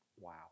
Wow